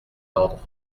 ordres